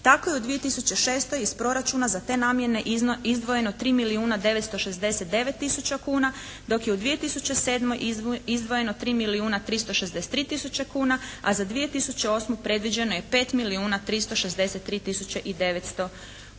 Tako je u 2006. iz proračuna za te namjene izdvojeno 3 milijuna 969 tisuća kuna, dok je u 2007. izdvojeno 3 milijuna 363 tisuće kuna, a za 2008. predviđeno je 5 milijuna